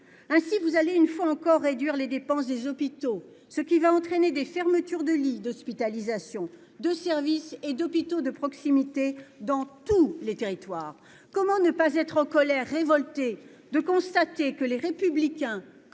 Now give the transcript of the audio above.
Ainsi, vous allez une fois encore réduire les dépenses des hôpitaux, ce qui va entraîner des fermetures de lits d'hospitalisation, de services et d'hôpitaux de proximité dans tous les territoires. Comment ne pas être en colère, révolté de constater que le groupe Les Républicains